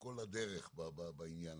בשנה והיא מצטרפת כל הזמן בכל חודש.